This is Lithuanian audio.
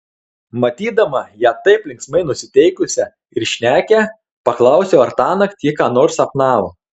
matydama ją taip linksmai nusiteikusią ir šnekią paklausiau ar tąnakt ji ką nors sapnavo